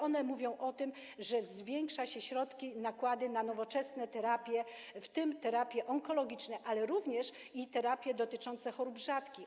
One mówią o tym, że zwiększa się środki, nakłady na nowoczesne terapie, w tym terapie onkologiczne, ale również terapie dotyczące chorób rzadkich.